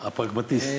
הפרגמטיסט.